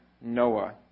Noah